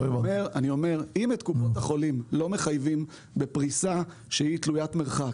אני אומר שאת קופות החולים לא מחייבים בפריסה שהיא תלויית מרחק.